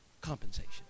compensation